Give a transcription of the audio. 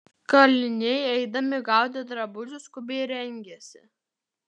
kaliniai eidami gaudė drabužius skubiai rengėsi